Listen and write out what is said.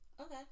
Okay